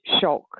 shock